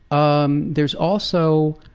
um there is also,